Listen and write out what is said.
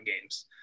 games